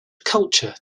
culture